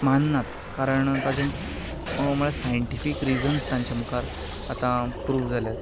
माननात कारण ताचें सायन्टीफीक रिझन्स तांचे मुखार प्रूव जाल्यात